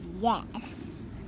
Yes